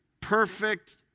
perfect